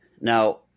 Now